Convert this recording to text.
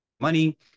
money